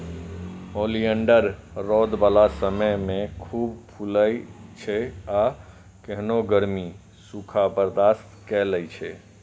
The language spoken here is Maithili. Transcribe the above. ओलियंडर रौद बला समय मे खूब फुलाइ छै आ केहनो गर्मी, सूखा बर्दाश्त कए लै छै